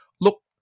look